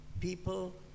people